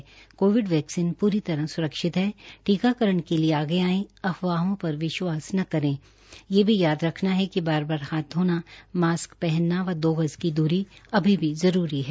Covid vaccine पूरी तरह सुरक्षित है टीकाकरण के लिए आगे आएं अफवाहों पर विश्वास न करे यह भी याद रखना है कि बार बार हाथ धोना मास्क पहनना व दो गज की दूरी अभी भी जरूरी है